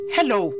Hello